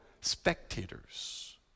spectators